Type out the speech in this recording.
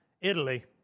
Italy